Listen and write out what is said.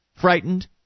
frightened